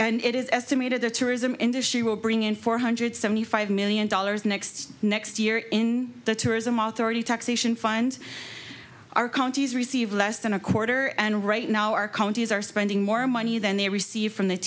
and it is estimated the tourism industry will bring in four hundred seventy five million dollars next next year in the tourism authority taxation fund our counties receive less than a quarter and right now our counties are spending more money than they receive from the